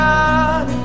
God